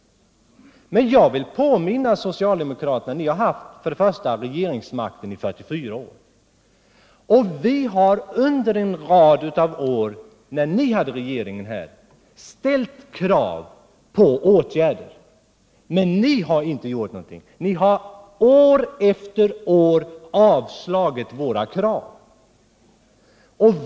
Men jag vill påminna socialdemokraterna om att de har haft regeringsmakten i 44 år. Underen rad av år, när ni skötte regeringen, ställde vi krav på åtgärder, men ni gjorde ingenting. År efter år har ni avslagit våra krav.